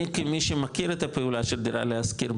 אני כמי שמכיר את הפעולה של דירה להשכיר,